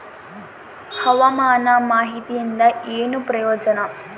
ಹವಾಮಾನ ಮಾಹಿತಿಯಿಂದ ಏನು ಪ್ರಯೋಜನ?